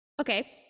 Okay